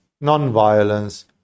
Non-violence